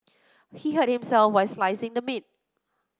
he hurt himself while slicing the meat